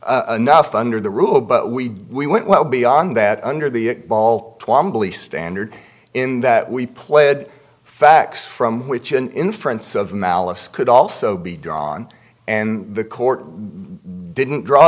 enough under the rule but we we went well beyond that under the ball standard in that we play a fax from which an inference of malice could also be drawn and the court didn't draw